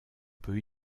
peut